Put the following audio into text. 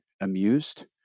amused